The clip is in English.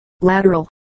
lateral